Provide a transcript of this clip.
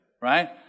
right